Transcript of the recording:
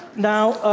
now,